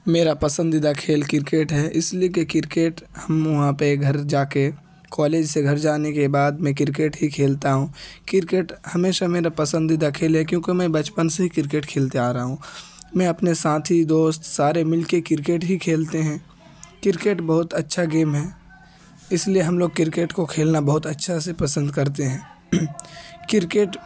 میرا پسندیدہ کھیل کرکٹ ہے اس لیے کہ کرکٹ ہم وہاں پہ گھر جا کے کالج سے گھر جانے کے بعد میں کرکٹ ہی کھیلتا ہوں کرکٹ ہمیشہ میرا پسندیدہ کھیل ہے کیونکہ میں بچپن سے ہی کرکٹ کھیلتے آ رہا ہوں میں اپنے ساتھی دوست سارے مل کے کرکٹ ہی کھیلتے ہیں کرکٹ بہت اچّھا گیم ہے اس لیے ہم لوگ کرکٹ کو کھیلنا بہت اچّھا سے پسند کرتے ہیں کرکٹ